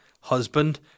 Husband